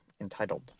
entitled